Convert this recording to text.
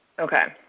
okay.